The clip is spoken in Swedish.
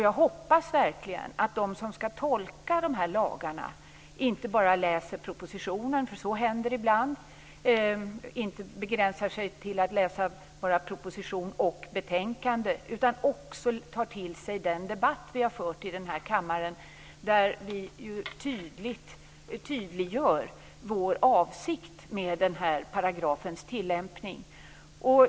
Jag hoppas verkligen att de som skall tolka de här lagarna inte bara läser propositionen, för så händer ibland, inte begränsar sig till att läsa bara proposition och betänkande, utan också tar till sig den debatt vi har fört i den här kammaren, där vi klart tydliggör vår avsikt med paragrafens tillämpning.